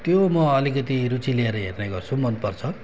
त्यो म अलिकति रुचि लिएर हेर्ने गर्छु मनपर्छ